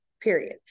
period